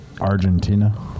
argentina